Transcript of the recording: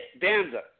Danza